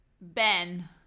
Ben